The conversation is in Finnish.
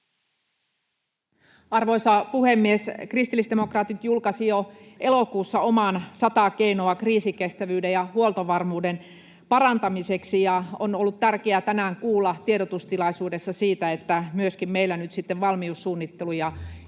Arvoisa puhemies! Kristillisdemokraatit julkaisivat jo elokuussa omat sata keinoa kriisinkestävyyden ja huoltovarmuuden parantamiseksi, ja on ollut tärkeää tänään kuulla tiedotustilaisuudessa siitä, että myöskin meillä nyt sitten valmiussuunnittelu ja